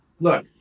Look